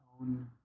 own